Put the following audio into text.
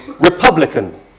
Republican